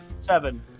Seven